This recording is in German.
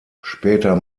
später